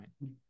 right